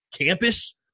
campus